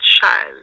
child